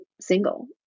single